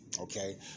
Okay